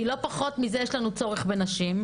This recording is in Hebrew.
כי לא פחות מזה יש לנו צורך בנשים.